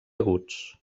aguts